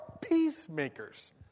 peacemakers